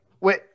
wait